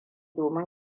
domin